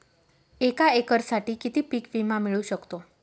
एका एकरसाठी किती पीक विमा मिळू शकतो?